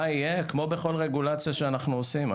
מה יהיה כמו בכל רגולציה שאנו עושים,